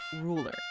ruler